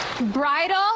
Bridal